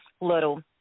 little